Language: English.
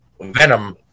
venom